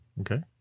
Okay